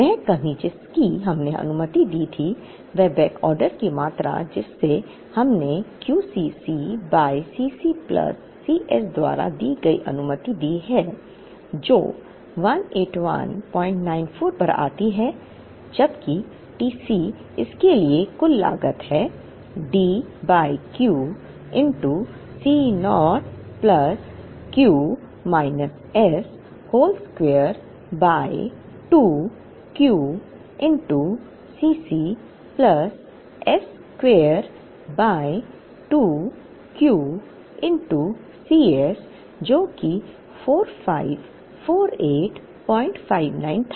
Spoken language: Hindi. वह कमी जिसकी हमने अनुमति दी थी यह बैकऑर्डर की मात्रा जिसे हमने Q C c by C c plus C s द्वारा दी गई अनुमति दी है जो 18194 पर आती है जबकि TC इसके लिए कुल लागत है D by Q C naught plus Q minus s whole square by 2 Q Cc plus s square by 2 Q C s जो कि 454859 था